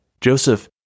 Joseph